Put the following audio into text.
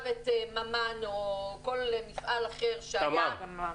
את ממן או כל מפעל אחר שהיה --- תממ.